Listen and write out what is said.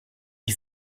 ich